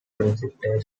precipitation